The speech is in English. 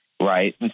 Right